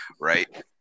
Right